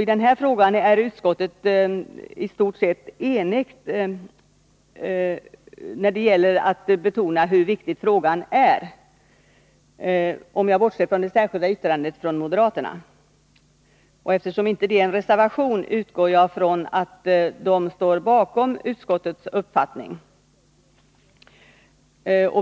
I den här frågan är utskottet i stort sett enigt när det gäller att betona hur viktig frågan är — om jag bortser från det särskilda yttrandet från moderaterna — men eftersom det inte är någon reservation, utgår jag från att även moderaterna står bakom utskottets uppfattning.